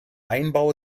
einbau